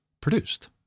produced